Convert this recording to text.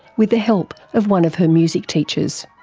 with the help of one of her music teachers.